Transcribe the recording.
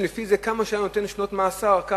ואם לפי כמה שנות מאסר שהוא היה נותן